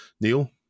Neil